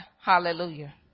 Hallelujah